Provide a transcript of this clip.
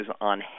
on